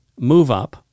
MoveUp